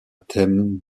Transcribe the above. thème